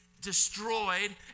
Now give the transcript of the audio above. destroyed